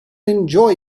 enjoy